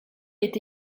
est